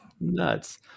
nuts